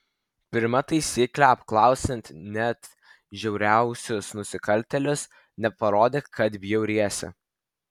pirma taisyklė apklausiant net žiauriausius nusikaltėlius neparodyk kad bjauriesi